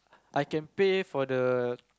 I can pay for the